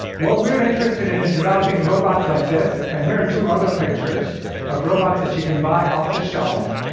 what we're interested in is developing robots like this and here are two other pictures of robots that you can buy off the shelf.